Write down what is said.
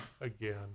again